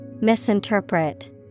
Misinterpret